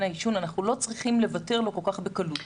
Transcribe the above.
העישון אנחנו לא צריכים לוותר לו כל כך בקלות.